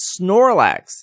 snorlax